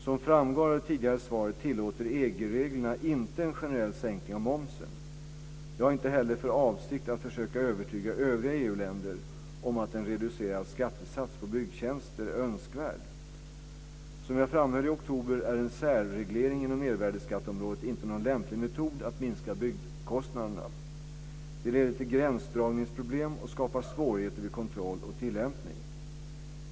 Som framgår av det tidigare svaret tillåter EG-reglerna inte en generell sänkning av momsen. Jag har inte heller för avsikt att försöka övertyga övriga EU-länder om att en reducerad skattesats på byggtjänster är önskvärd. Som jag framhöll i oktober är en särreglering inom mervärdesskatteområdet inte någon lämplig metod att minska byggkostnaderna. Det leder till gränsdragningsproblem och skapar svårigheter vid kontroll och tilllämpning.